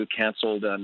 canceled